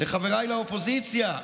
לחבריי לאופוזיציה,